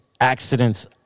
accidents